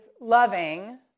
loving